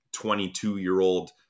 22-year-old